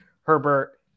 Herbert